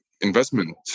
investment